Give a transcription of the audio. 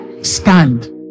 Stand